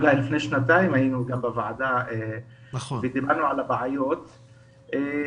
אולי היינו לפני שנתיים בוועדה ודיברנו על הבעיות --- נכון.